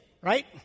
right